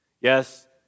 Yes